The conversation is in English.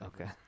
Okay